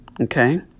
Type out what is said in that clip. Okay